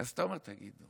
אז אתה אומר: תגידו,